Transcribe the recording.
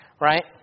Right